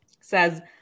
says